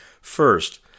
First